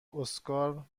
اسکار